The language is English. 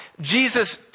Jesus